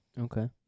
Okay